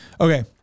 Okay